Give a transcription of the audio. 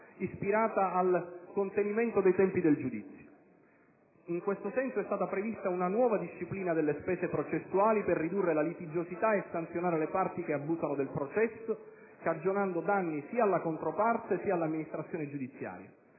ispirata al contenimento dei tempi del giudizio. In questo senso, è stata prevista una nuova disciplina delle spese processuali, per ridurre la litigiosità e sanzionare le parti che abusano del processo, cagionando danni sia alla controparte sia all'amministrazione giudiziaria.